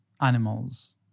animals